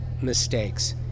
mistakes